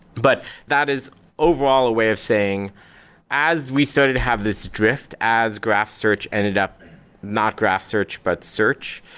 but that is overall a way of saying as we started to have this drift, as graph search ended up not graph search, but search.